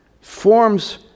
forms